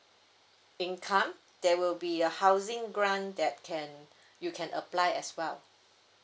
think come there will be a housing grant that can you can apply as well